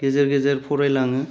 गेजेर गेजेर फरायलाङो